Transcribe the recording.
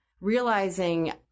realizing